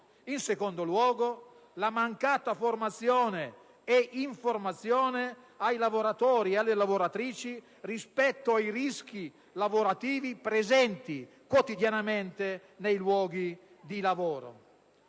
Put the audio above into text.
In secondo luogo, la mancata formazione e informazione ai lavoratori e alle lavoratrici rispetto ai rischi lavorativi presenti quotidianamente nei luoghi di lavoro.